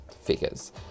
figures